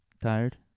Tired